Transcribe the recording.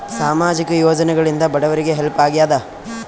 ಸಾಮಾಜಿಕ ಯೋಜನೆಗಳಿಂದ ಬಡವರಿಗೆ ಹೆಲ್ಪ್ ಆಗ್ಯಾದ?